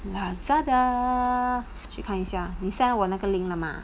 Lazada 去看一下你 send 我那个 link 了吗